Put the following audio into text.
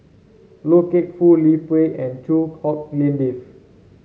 Loy Keng Foo Liu Peihe and Chua Hak Lien Dave